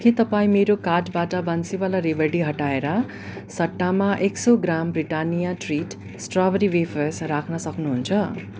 के तपाईँ मेरो कार्टबाट बन्सिवाला रेवडी हटाएर सट्टामा एक सौ gram Britannia treat strawberry wafers राख्न सक्नुहुन्छ